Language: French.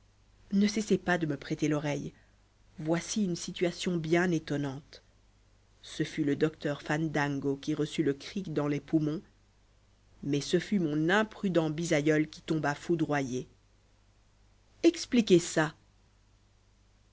ne cessez pas de me prêter l'oreille voici une situation bien étonnante ce fut le docteur fandango qui reçut le crick dans les poumons mais ce fut mon imprudent bisaïeul qui tomba foudroyé expliquez ça